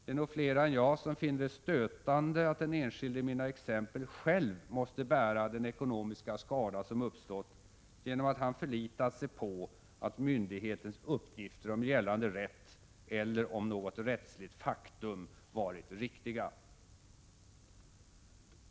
Det är nog fler än jag som finner det stötande att den enskilde i mina exempel själv måste bära den ekonomiska skada som uppstått genom att han förlitat sig på att myndighetens uppgifter om gällande rätt eller om något rättsligt faktum varit riktiga.